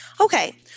Okay